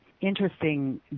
interesting